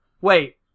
Wait